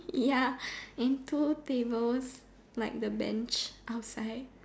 ya and two tables like the bench outside